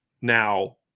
now